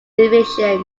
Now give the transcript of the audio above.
division